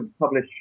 publish